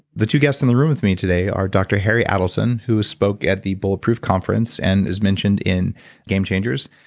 the two guests in the room with me today are dr. harry adelson, who spoke at the bulletproof conference and is mentioned in game changers.